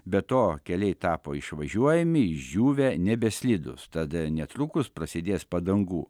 be to keliai tapo išvažiuojami išdžiūvę nebeslidūs tad netrukus prasidės padangų